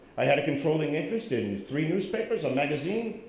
i had controlling interest in three newspapers, a magazine,